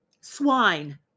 Swine